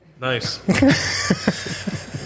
Nice